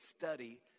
study